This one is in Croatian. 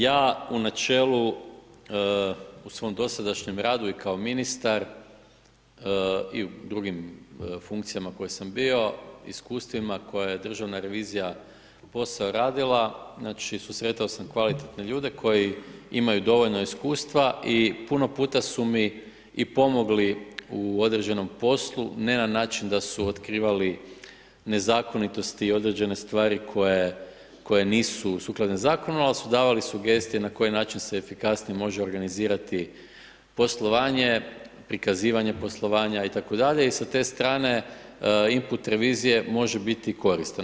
Ja u načelu u svom dosadašnjem radu i kao ministar i u drugim funkcijama koje sam bio, iskustvima koje je državna revizija posao radila, znači susretao sam kvalitetne ljude koji imaju dovoljno iskustva i puno puta su mi i pomogli u određenom poslu, ne na način da su otkrivali nezakonitosti i određene stvari koje nisu sukladne zakonu, ali su davali sugestije na koji način se efikasnije može organizirati poslovanje, prikazivanje poslovanja itd. i sa te strane input revizije može biti koristan.